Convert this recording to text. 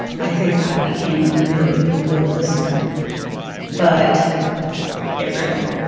i think i became a really good listener but let's get real.